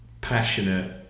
passionate